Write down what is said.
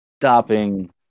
stopping